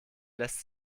lässt